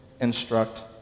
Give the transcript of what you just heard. instruct